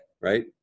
right